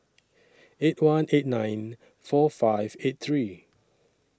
eight one eight nine four five eight three